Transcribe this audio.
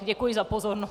Děkuji za pozornost.